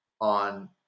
on